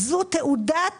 זאת תעודת